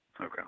Okay